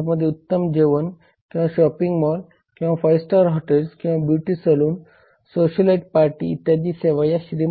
ते ग्राहक संरक्षण अधिनियम 1986 चे पालन करतात ज्या अंतर्गत ग्राहकांना विशिष्ट